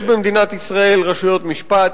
יש במדינת ישראל רשויות משפט,